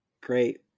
great